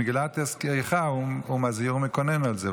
במגילת איכה הוא מזהיר ומקונן על זה,